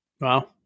Wow